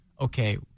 okay